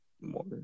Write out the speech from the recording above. more